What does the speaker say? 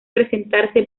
presentarse